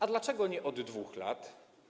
A dlaczego nie od 2 lat?